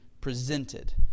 presented